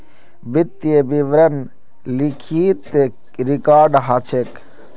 वित्तीय विवरण लिखित रिकॉर्ड ह छेक